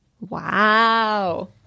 Wow